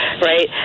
right